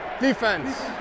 defense